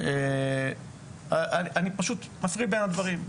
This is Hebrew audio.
אני מפריד בין הדברים.